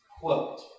Quote